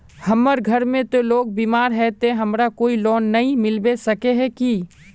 हमर घर में ते लोग बीमार है ते हमरा कोई लोन नय मिलबे सके है की?